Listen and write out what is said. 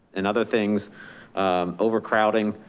and other things overcrowding,